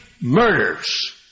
murders